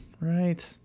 right